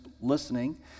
listening